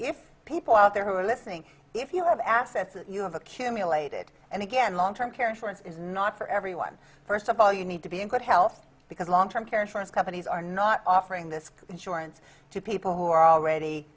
if people out there who are listening if you have assets that you have accumulated and again long term care insurance is not for everyone first of all you need to be in good health because long term care insurance companies are not offering this insurance to people who are already